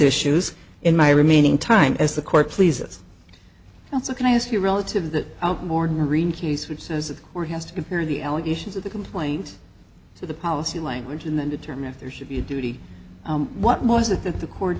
issues in my remaining time as the court please also can i ask you relative that out more and more remote use which says or has to compare the allegations of the complaint to the policy language and then determine if there should be a duty what was it that the court